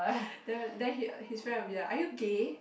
then then he his friend will be like are you gay